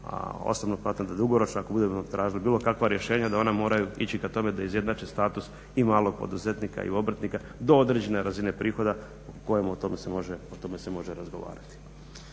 osobno smatram da dugoročno ako budemo tražili bilo kakva rješenja da ona moraju ići ka tome da izjednače status i malog poduzetnika i obrtnika do određene razine prihoda koje o tome se može razgovarati.